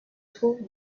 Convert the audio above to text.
trouve